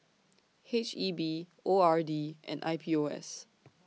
H E B O R D and I P O S